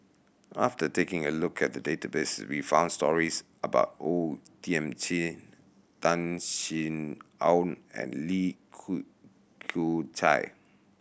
after taking a look at the database we found stories about O Thiam Chin Tan Sin Aun and Li Kew Kew Chai